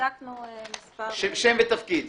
אתי שמואלי,